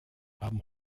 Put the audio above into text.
haben